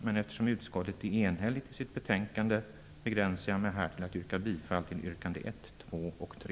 Men eftersom utskottet är enhälligt i sitt betänkande begränsar jag mig här till att yrka bifall beträffande yrkandena 1, 2 och 3.